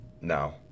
No